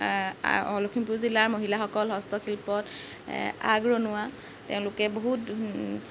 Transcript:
লখিমপুৰ জিলাৰ মহিলাসকল হস্তশিল্পত আগৰণুৱা তেওঁলোকে বহুত